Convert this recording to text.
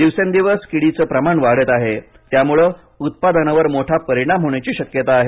दिवसेंदिवस किडीचे प्रमाण वाढत आहे त्यामुळे उत्पादनावर मोठा परीणाम होण्याची शक्यता आहे